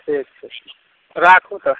ठीक छै राखू तऽ